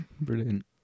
Brilliant